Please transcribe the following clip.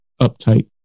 uptight